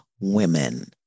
women